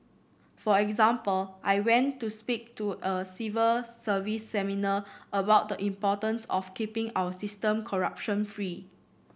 for example I went to speak to a civil service seminar about the importance of keeping our system corruption free